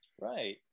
right